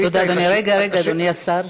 השאילתה חשובה, רגע, רגע, אדוני השר.